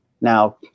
Now